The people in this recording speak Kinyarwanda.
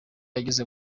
yageze